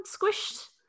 squished